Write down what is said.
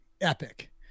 epic